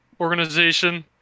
organization